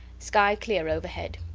sky clear overhead.